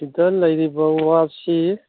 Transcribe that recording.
ꯁꯤꯗ ꯂꯩꯔꯤꯕ ꯋꯥꯁꯤ